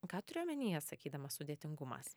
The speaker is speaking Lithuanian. ką turi omenyje sakydama sudėtingumas